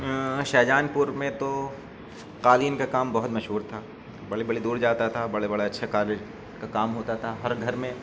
شاہجہان پور میں تو قالین کا کام بہت مشہور تھا بڑی بڑی دور جاتا تھا بڑے بڑے اچھے قالین کا کام ہوتا تھا ہر گھر میں